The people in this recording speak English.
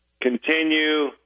continue